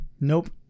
Nope